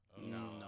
No